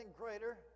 greater